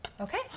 okay